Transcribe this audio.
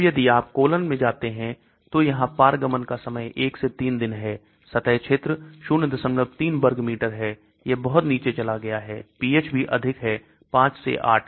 अब यदि आप colon मैं जाते हैं तो यहां पारगमन का समय 1 से 3 दिन है सतह क्षेत्र 03 वर्ग मीटर है यह बहुत नीचे चला गया है pH भी अधिक है 5 से 8